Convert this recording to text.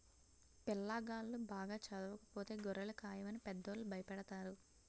పిల్లాగాళ్ళు బాగా చదవకపోతే గొర్రెలు కాయమని పెద్దోళ్ళు భయపెడతారు